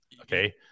Okay